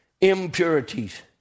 impurities